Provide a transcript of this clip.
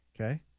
Okay